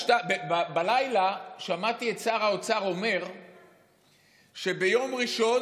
בלילה שמעתי את שר האוצר אומר שביום ראשון